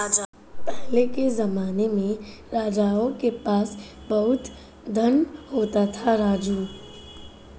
पहले के जमाने में राजाओं के पास बहुत धन होता था, राजू